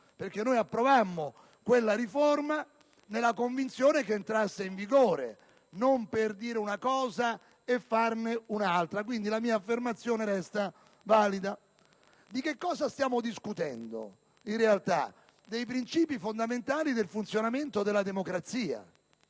perché approvammo quella riforma nella convinzione che entrasse in vigore, non per dire una cosa e farne un'altra. La mia affermazione resta dunque valida. Stiamo discutendo in realtà dei princìpi fondamentali di funzionamento della democrazia: